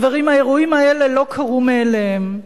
חברים, האירועים האלה לא קרו מאליהם,